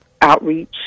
Outreach